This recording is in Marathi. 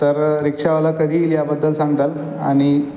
तर रिक्षावाला कधी येईल याबद्दल सांगताल आणि